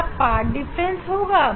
क्या path difference होगा